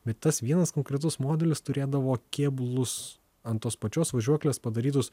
bet tas vienas konkretus modelis turėdavo kėbulus ant tos pačios važiuoklės padarytus